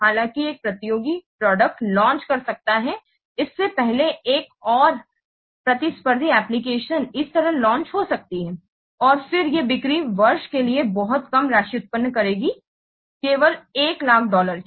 हालांकि एक प्रतियोगी प्रोडक्ट लॉन्च कर सकता है इससे पहले एक और प्रतिस्पर्धी एप्लिकेशन इस तरह लॉन्च हो सकती है और फिर ये बिक्री वर्ष के लिए बहुत कम राशि उत्पन्न करेगी केवल 100000 डॉलर की